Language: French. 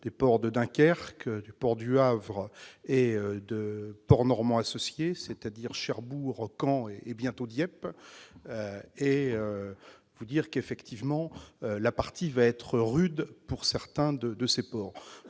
du port de Dunkerque, du port du Havre et de Ports normands associés, c'est-à-dire Cherbourg, Caen et bientôt Dieppe. Effectivement, la partie sera rude pour certains de ces ports.